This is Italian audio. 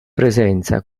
presenza